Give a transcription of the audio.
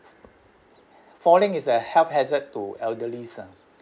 falling is a health hazard to elderlies ah